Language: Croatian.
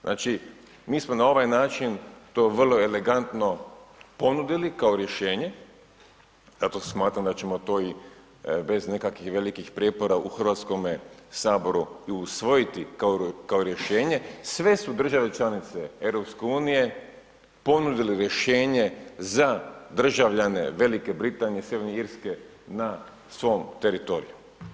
Znači mi smo na ovaj način, to vrlo elegantno ponudili, kao rješenje, ja to smatram da ćemo to i bez nekakvih velikih prijepora u Hrvatskome saboru i usvojiti kao rješenje, sve su države članice EU, ponudile rješenje za državljane Velike Britanije, Sjeverne Irske na svom teritoriju.